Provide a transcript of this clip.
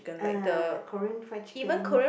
uh Korean friend chicken